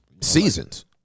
Seasons